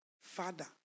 Father